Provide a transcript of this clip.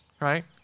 Right